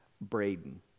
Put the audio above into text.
Braden